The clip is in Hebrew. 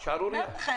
שערורייה, שערורייה.